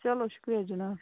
چلو شُکریہ جِناب